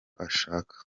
ashaka